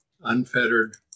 unfettered